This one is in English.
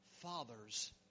fathers